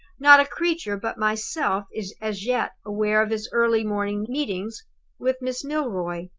not a creature but myself is as yet aware of his early morning meetings with miss milroy.